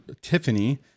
Tiffany